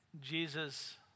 Jesus